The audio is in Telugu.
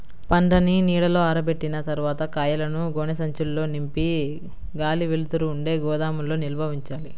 పంటని నీడలో ఆరబెట్టిన తర్వాత కాయలను గోనె సంచుల్లో నింపి గాలి, వెలుతురు ఉండే గోదాముల్లో నిల్వ ఉంచాలి